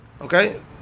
okay